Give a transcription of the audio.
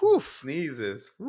sneezes